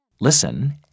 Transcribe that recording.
Listen